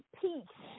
peace